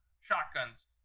shotguns